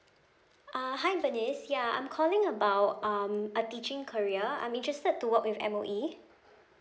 uh hi bernice ya I'm calling about um a teaching career I'm interested to work with M_O_E